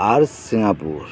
ᱟᱨ Singapore